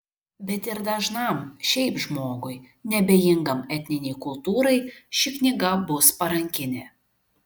bet ir dažnam šiaip žmogui neabejingam etninei kultūrai ši knyga bus parankinė